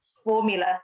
formula